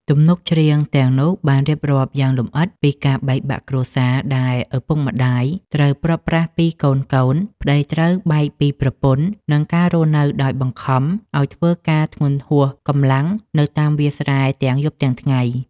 ទំនុកច្រៀងទាំងនោះបានរៀបរាប់យ៉ាងលម្អិតពីការបែកបាក់គ្រួសារ ដែលឪពុកម្តាយត្រូវព្រាត់ប្រាស់ពីកូនៗ ប្តីត្រូវបែកពីប្រពន្ធ និងការរស់នៅដោយការបង្ខំឲ្យធ្វើការធ្ងន់ហួសកម្លាំងនៅតាមវាលស្រែទាំងយប់ទាំងថ្ងៃ។